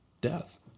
death